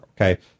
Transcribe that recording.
okay